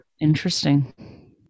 Interesting